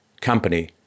company